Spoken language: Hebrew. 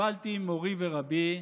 קיבלתי ממורי ורבי